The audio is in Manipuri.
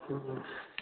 ꯎꯝ